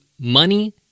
money